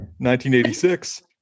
1986